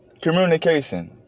communication